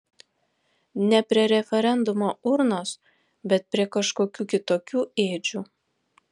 ne prie referendumo urnos bet prie kažkokių kitokių ėdžių